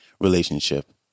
relationship